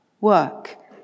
work